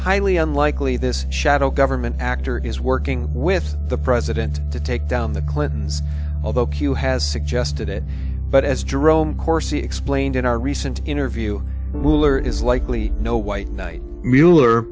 highly unlikely this shadow government actor is working with the president to take down the clintons although q has suggested it but as jerome corsi explained in our recent interview ruler is likely no white knight mueller